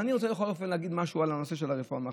אבל אני רוצה בכל זאת לומר משהו על הנושא של הרפורמה בחקלאות.